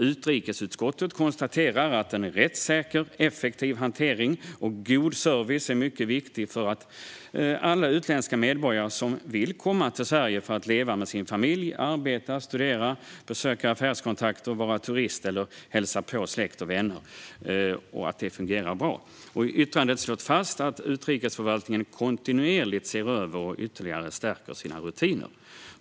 Utrikesutskottet konstaterar att en rättssäker, effektiv hantering och en god service är mycket viktigt för alla utländska medborgare som vill komma till Sverige för att leva med sin familj, arbeta, studera, besöka affärskontakter, vara turist eller hälsa på släkt och vänner. Det är viktigt för att detta ska fungera bra. I yttrandet slås fast att utrikesförvaltningen kontinuerligt ser över och ytterligare stärker sina rutiner.